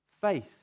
Faith